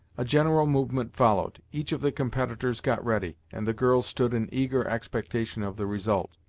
a general movement followed, each of the competitors got ready, and the girls stood in eager expectation of the result.